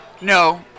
No